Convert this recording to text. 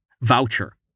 voucher